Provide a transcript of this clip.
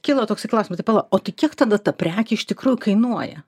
kyla toksai klausimas tai pala o tai kiek tada ta prekė iš tikrųjų kainuoja